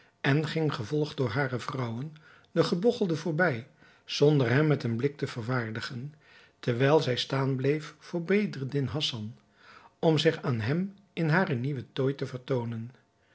en ging gevolgd door hare vrouwen den gebogchelde voorbij zonder hem met een blik te verwaardigen terwijl zij staan bleef voor bedreddin hassan om zich aan hem in haren nieuwen tooi te vertoonen